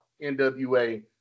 NWA